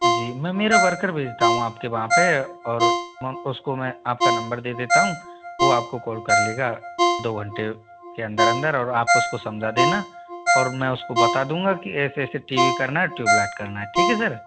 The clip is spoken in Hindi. जी मैं मेरा वर्कर भेजता हूँ आपके वहाँ पे और उसको मैं आपका नम्बर दे देता हूँ वो आपको कॉल कर लेगा दो घंटे के अंदर अंदर और आप उसको समझा देना और मैं उसको बता दूंगा कि ऐसे ऐसे टी वी करना है ट्यूबलाईट करना है ठीक है सर